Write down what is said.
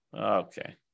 Okay